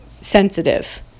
sensitive